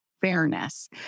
fairness